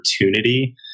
opportunity